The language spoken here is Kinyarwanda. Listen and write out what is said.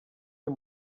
uyu